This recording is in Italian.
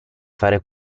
fare